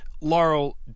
Laurel